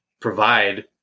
provide